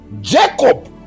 jacob